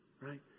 right